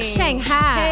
Shanghai